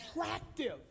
Attractive